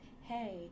hey